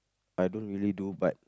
I don't really do but